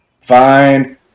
fine